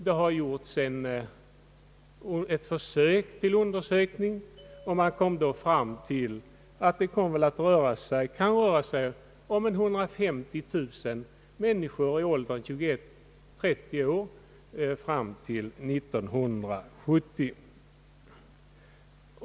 Det har gjorts ett försök att undersöka den saken, och man kom då fram till att det kan röra sig om 150 000 människor i åldern 21 till 30 år fram till år 1970.